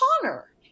Connor